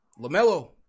LaMelo